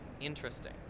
Interesting